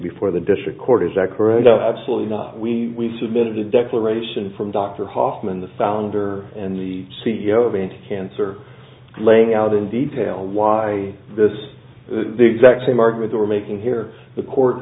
before the district court is that correct absolutely not we submitted a declaration from dr hoffman the founder and the c e o of n t cancer laying out in detail why this the exact same arguments are making here the court